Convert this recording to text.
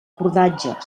cordatge